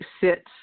sit